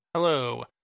Hello